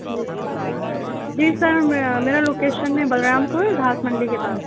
جی sir جی sir میرا میرا لوکیشن ہے بلرامپور گھاس منڈی کے پاس